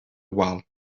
wal